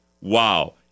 wow